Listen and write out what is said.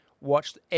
watched